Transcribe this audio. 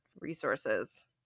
resources